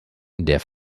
der